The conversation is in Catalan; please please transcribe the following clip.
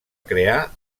crear